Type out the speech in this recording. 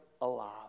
alive